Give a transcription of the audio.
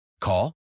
Call